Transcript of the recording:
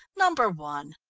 number one?